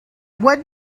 what